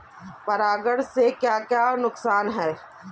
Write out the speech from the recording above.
परागण से क्या क्या नुकसान हैं?